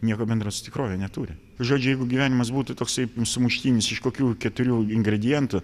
nieko bendro su tikrove neturi žodžiu jeigu gyvenimas būtų toksai sumuštinis iš kokių keturių ingredientų